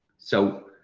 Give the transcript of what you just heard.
so